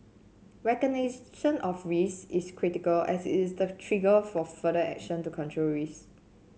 recognition of risks is critical as it's the trigger for further action to control risks